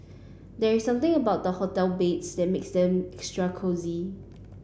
there is something about hotel beds that makes them extra cosy